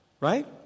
right